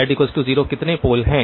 2 poles